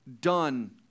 done